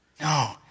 No